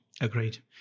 Agreed